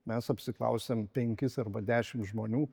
mes apsiklausiam penkis arba dešim žmonių